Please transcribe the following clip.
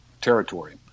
territory